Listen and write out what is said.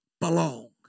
belong